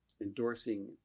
endorsing